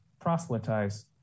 proselytize